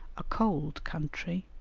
a cold country,